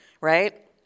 right